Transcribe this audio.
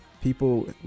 people